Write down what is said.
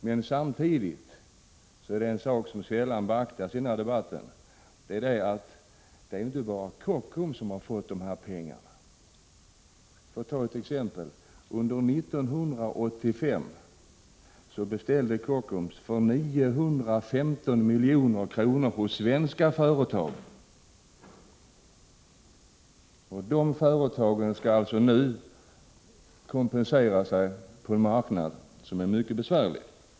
Men samtidigt bör vi veta, vilket sällan beaktas i denna debatt, att det inte bara är Kockums som har fått del av dessa pengar. För att ta ett exempel så gjorde Kockums under 1985 beställningar hos svenska företag för 915 milj.kr. Dessa företag skall alltså nu kompensera sig, 7n och det på en marknad som är mycket besvärlig.